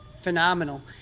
phenomenal